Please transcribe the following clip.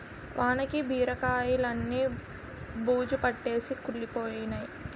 వానకి బీరకాయిలన్నీ బూజుపట్టేసి కుళ్లిపోయినై